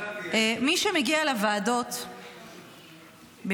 מי שמגיע לוועדות בכנסת,